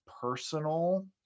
personal